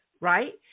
right